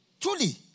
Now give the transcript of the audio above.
Truly